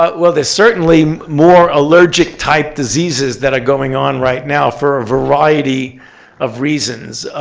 but well, there's certainly more allergic-type diseases that are going on right now for a variety of reasons.